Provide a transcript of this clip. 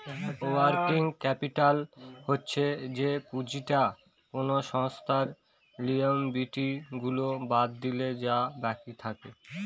working capital হচ্ছে যে পুঁজিটা কোনো সংস্থার লিয়াবিলিটি গুলা বাদ দিলে যা বাকি থাকে